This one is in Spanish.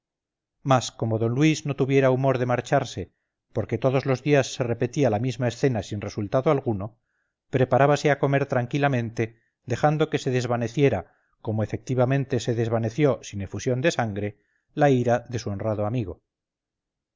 como d luis no tuviera humor de marcharse porque todos los días se repetía la misma escena sin resultado alguno preparábase a comer tranquilamente dejando que se desvaneciera como efectivamente se desvaneció sin efusión de sangre la ira de su honrado amigo